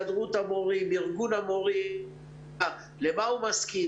הסתדרות המורים וארגון המורים לגבי צורת עבודתם,